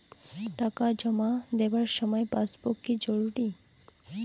টাকা জমা দেবার সময় পাসবুক কি জরুরি?